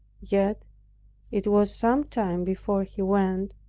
yet it was some time before he went,